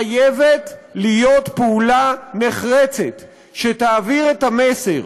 חייבת להיות פעולה נחרצת, שתעביר את המסר